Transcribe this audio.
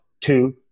Two